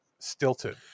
stilted